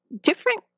different